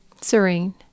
serene